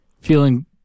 feeling